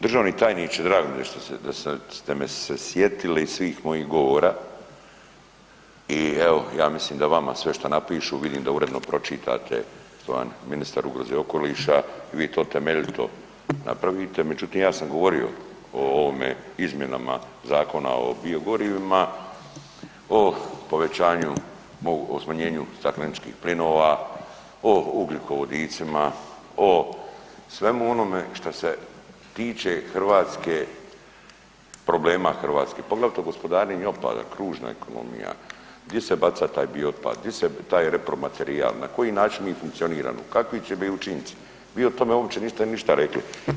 Državni tajniče, drago mi je da ste me se sjetili svih mojih govora i evo, ja mislim da vama, sve što napišu, vidim da uredno pročitate što vam ministar ugroze i okoliša, vi to temeljito napravite, međutim, ja sam govorio o ovome, izmjenama Zakona o biogorivima, o povećanju, o smanjenu stakleničkih plinova, o ugljikovodicima, o svemu onome što se tiče Hrvatske, problema Hrvatske, poglavito gospodarenje otpadom, kružna ekonomija, di se baca taj biootpad, di se taj repromaterijal, na koji način mi funkcioniramo, kakvi će biti učinci, vi o tome uopće ništa niste rekli.